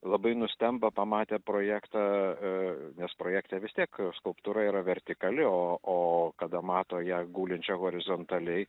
labai nustemba pamatę projektą a nes projekte vis tiek skulptūra yra vertikali o o kada mato ją gulinčią horizontaliai